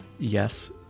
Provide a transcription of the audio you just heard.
Yes